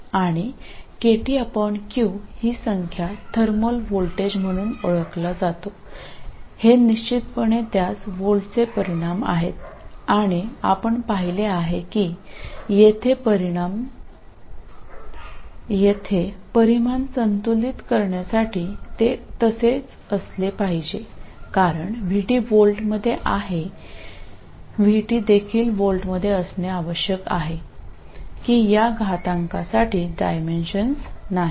आणि kTq ही संख्या थर्मल व्होल्टेज म्हणून ओळखला जातो हे निश्चितपणे त्यास व्होल्टचे परिमाण आहेत आणि आपण पाहिले आहे की येथे परिमाण संतुलित करण्यासाठी ते तसे असलेच पाहिजे कारण VD व्होल्टमध्ये आहे Vt देखील व्होल्टमध्ये असणे आवश्यक आहे की या घातांकासाठी डायमेन्शन नाहीत